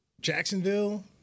Jacksonville